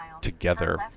together